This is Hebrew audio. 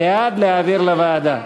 בעד, להעביר לוועדה.